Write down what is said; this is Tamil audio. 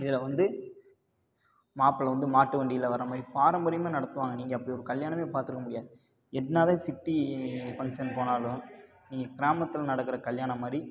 இதில் வந்து மாப்பிளை வந்து மாட்டு வண்டியில் வர்ற பாரம்பரியமா நடத்துவாங்க நீங்கள் அப்படி ஒரு கல்யாணமே பார்த்துருக்க முடியாது என்னதான் சிட்டி ஃபங்சன் போனாலும் நீங்கள் கிராமத்தில் நடக்கிற கல்யாணம் மாதிரி